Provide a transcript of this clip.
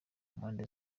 mpande